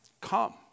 come